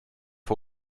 den